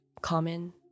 common